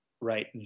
right